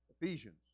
Ephesians